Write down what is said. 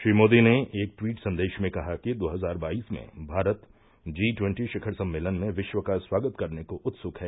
श्री मोदी ने एक ट्वीट संदेश में कहा कि दो हजार बाईस में भारत जी ट्वेन्टी शिखर सम्मेलन में विश्व का स्वागत करने को उत्सुक है